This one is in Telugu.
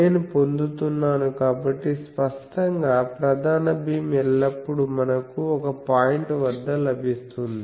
నేను పొందుతున్నాను కాబట్టి స్పష్టంగా ప్రధాన భీమ్ ఎల్లప్పుడూ మనకు ఒక పాయింట్ వద్ద లభిస్తుంది